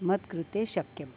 मत्कृते शक्यम्